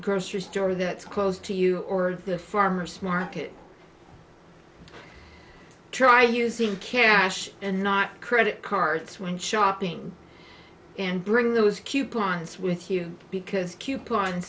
store that's close to you or the farmer's market try using cash and not credit cards when shopping and bring those coupons with you because coupons